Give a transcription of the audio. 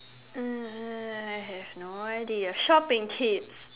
uh I have no idea shopping tips